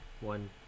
one